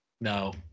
No